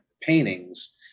paintings